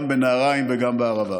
גם בנהריים וגם בערבה.